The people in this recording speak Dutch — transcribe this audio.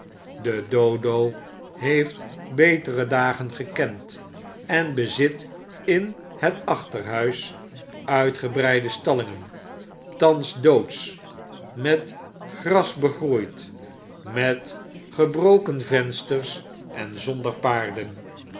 de dodo heeft betere dagen gekend en bezit in het achterhuis uitgebreide stallingen thans doodsch met gras begroeid met gebroken vensters en zonder paarden